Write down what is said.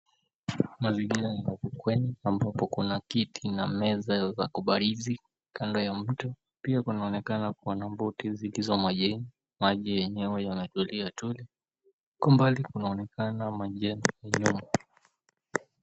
mazingira niya ufukweni ambapo kuna kiti na meza za kubarizi kando ya mto. Pia kunaonekana kuna boti zikizo majini. Maji yenyewe yanatulia tuli. Kwa mbali kunaonekana majengo ya nyuma.